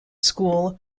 school